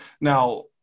Now